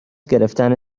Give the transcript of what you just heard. گرفتن